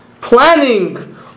planning